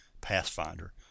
pathfinder